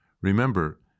Remember